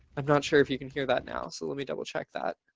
i'm not sure if you can hear that. now, so let me double check that.